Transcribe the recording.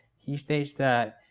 he states that